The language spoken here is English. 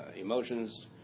emotions